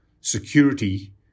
security